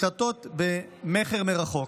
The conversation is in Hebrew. נקלטות במכר מרחוק.